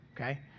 okay